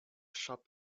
shop